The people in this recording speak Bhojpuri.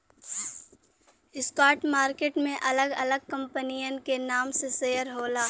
स्टॉक मार्केट में अलग अलग कंपनियन के नाम से शेयर होला